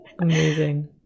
Amazing